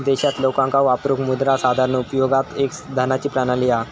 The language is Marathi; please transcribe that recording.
देशात लोकांका वापरूक मुद्रा साधारण उपयोगात एक धनाची प्रणाली हा